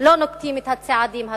לא נוקטים את הצעדים הדרושים.